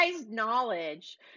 knowledge